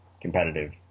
competitive